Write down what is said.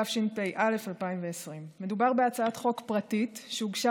התשפ"א 2020. מדובר בהצעת חוק פרטית שהוגשה